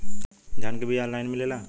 धान के बिया ऑनलाइन मिलेला?